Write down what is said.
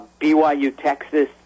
BYU-Texas